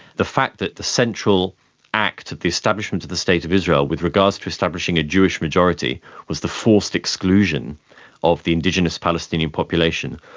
the fact that the central act of the establishment of the state of israel with regards to establishing a jewish majority was the forced exclusion of the indigenous palestinian population,